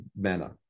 manner